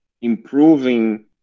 improving